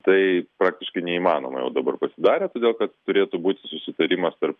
tai praktiškai neįmanoma jau dabar pasidarė todėl kad turėtų būti susitarimas tarp